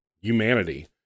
humanity